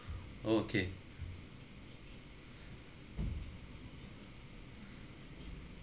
okay